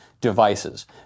devices